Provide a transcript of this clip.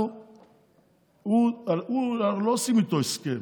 אנחנו לא עושים איתו הסכם,